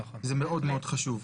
זה מאוד חשוב.